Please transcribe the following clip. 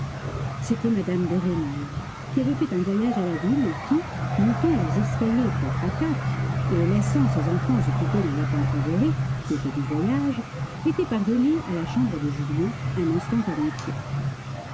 c'était mme de rênal qui avait fait un voyage à la ville et qui montant les escaliers quatre à quatre et laissant ses enfants occupés d'un lapin favori qui était du voyage était parvenue à la chambre de julien un instant